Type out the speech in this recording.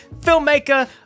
filmmaker